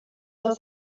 das